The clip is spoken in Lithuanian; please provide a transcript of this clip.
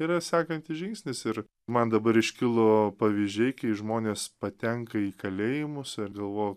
yra sekantis žingsnis ir man dabar iškilo pavyzdžiai kai žmonės patenka į kalėjimus ir galvo